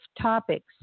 topics